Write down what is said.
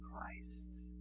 Christ